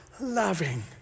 loving